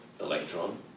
electron